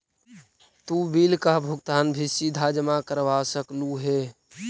तु बिल का भुगतान भी सीधा जमा करवा सकलु हे